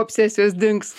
obsesijos dings